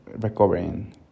recovering